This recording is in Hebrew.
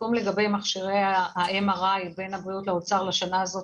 הסיכום לגבי מכשירי ה-MRI בין הבריאות לאוצר לשנה הזאת